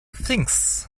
things